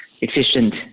efficient